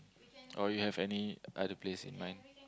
or you have any other place in mind